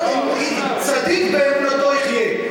צדיק באמונתו יחיה.